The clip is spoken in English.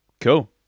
Cool